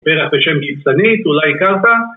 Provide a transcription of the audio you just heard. פרח בשם גיצנית, אולי הכרת?